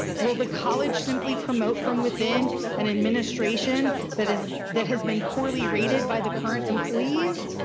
will the college simply promote from within an administration that has that has been poorly rated by the current employees?